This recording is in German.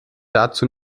dazu